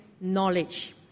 knowledge